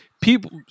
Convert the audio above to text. People